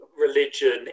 religion